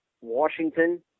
Washington